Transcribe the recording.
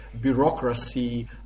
bureaucracy